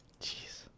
Jeez